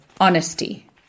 honesty